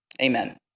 Amen